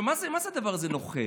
מה זה הדבר הזה "נוכל"?